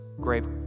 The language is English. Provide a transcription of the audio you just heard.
grave